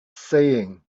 saying